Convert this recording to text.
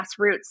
grassroots